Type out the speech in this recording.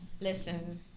listen